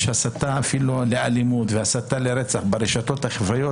יש הסתה לאלימות והסתה לרצח ברשתות החברתיות,